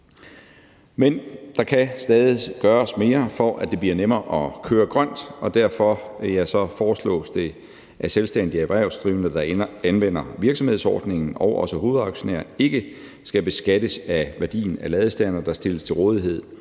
Men der kan stadig gøres mere, for at det bliver nemmere at køre grønt, og derfor foreslås det så, at selvstændige erhvervsdrivende, der anvender virksomhedsordningen, og hovedaktionærer ikke skal beskattes af værdien af ladestandere, der stilles til rådighed